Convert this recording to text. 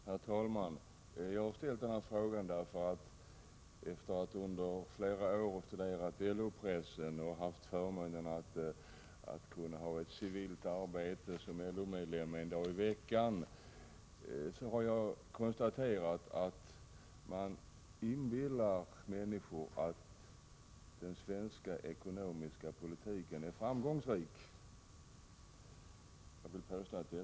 Herr talman! Jag har ställt den här frågan efter att under flera år ha studerat LO-pressen och haft förmånen att en dag i veckan ha ett civilt arbete som LO-medlem. Därvid har jag konstaterat att man inbillar människor att den svenska ekonomiska politiken är framgångsrik. Herr statsråd!